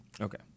okay